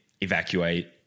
evacuate